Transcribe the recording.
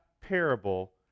parable